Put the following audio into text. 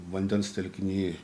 vandens telkiny